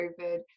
COVID